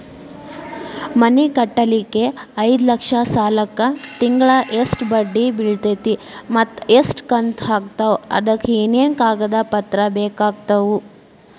ಮನಿ ಕಟ್ಟಲಿಕ್ಕೆ ಐದ ಲಕ್ಷ ಸಾಲಕ್ಕ ತಿಂಗಳಾ ಎಷ್ಟ ಬಡ್ಡಿ ಬಿಳ್ತೈತಿ ಮತ್ತ ಎಷ್ಟ ಕಂತು ಆಗ್ತಾವ್ ಅದಕ ಏನೇನು ಕಾಗದ ಪತ್ರ ಬೇಕಾಗ್ತವು?